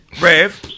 Rev